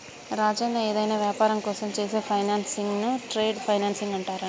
రాజన్న ఏదైనా వ్యాపారం కోసం చేసే ఫైనాన్సింగ్ ను ట్రేడ్ ఫైనాన్సింగ్ అంటారంట